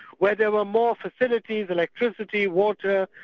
where there were more facilities, electricity, water,